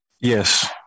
Yes